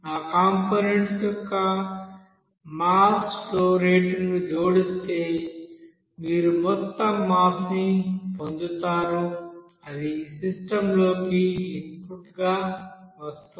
ఆ కంపోనెంట్స్ యొక్క mass flow రేటును జోడిస్తే మీరు మొత్తం మాస్ ని పొందుతారు అది సిస్టమ్లోకి ఇన్పుట్గా వస్తోంది